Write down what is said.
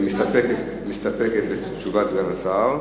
מסתפקת בתשובת סגן השר.